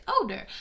older